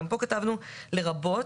גם פה כתבנו "לרבות",